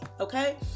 Okay